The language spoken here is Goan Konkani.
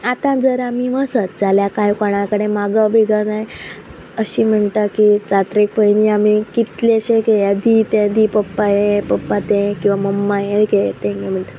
आतां जर आमी वसत जाल्यार कांय कोणा कडेन माग बिग नाय अशी म्हणटा की जात्रेक पयली आमी कितलेशे घेया दी तें दी पप्पा हे पप्पा ते किंवां मम्मा हे घे तें म्हणटा